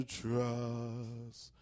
trust